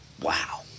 wow